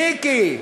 מיקי.